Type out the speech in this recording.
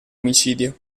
omicidio